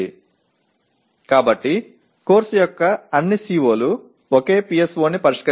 எனவே பாடத்தின் அனைத்து COக்களும் ஒரே PSO